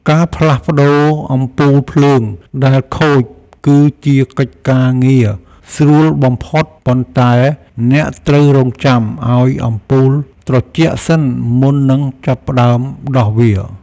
ការផ្លាស់ប្តូរអំពូលភ្លើងដែលខូច គឺជាកិច្ចការងាយស្រួលបំផុត ប៉ុន្តែអ្នកត្រូវរង់ចាំឱ្យអំពូលត្រជាក់សិនមុននឹងចាប់ផ្តើមដោះវា។